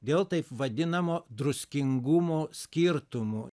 dėl taip vadinamo druskingumo skirtumų